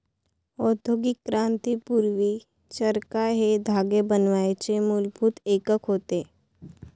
औद्योगिक क्रांती पूर्वी, चरखा हे धागे बनवण्याचे मूलभूत एकक होते